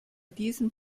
diesem